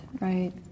right